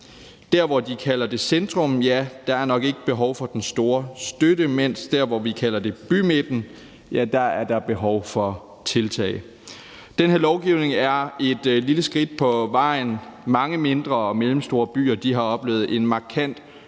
Der, hvor de kalder det centrum, er der nok ikke behov for den store støtte, mens der der, hvor vi kalder det bymidten, er behov for tiltag. Det her lovforslag er et lille skridt på vejen. Mange mindre og mellemstore byer har oplevet en markant